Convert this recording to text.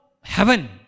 heaven